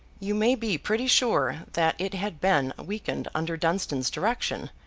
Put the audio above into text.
you may be pretty sure that it had been weakened under dunstan's direction,